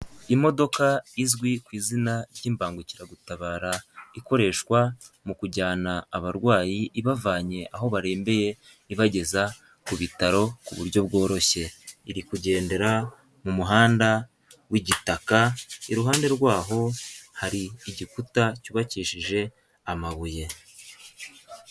Imodoka izwi ku izina ry'imbangukiragutabara ikoreshwa mu kujyana abarwayi ibavanye aho barembeye ibageza ku bitaro ku buryo bworoshye iri kugendera mu muhanda w'igitaka iruhande rwaho hari igikuta cyubakishije amabuye.